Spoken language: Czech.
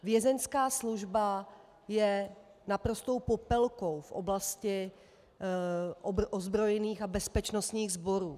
Vězeňská služba je naprostou popelkou v oblasti ozbrojených a bezpečnostních sborů.